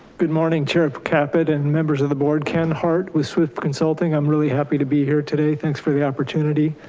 good morning, chairman caput and members of the board. ken hart with swift consulting. i'm really happy to be here today. thanks for the opportunity.